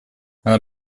она